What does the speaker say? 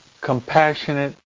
compassionate